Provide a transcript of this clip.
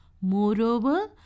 Moreover